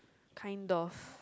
kind of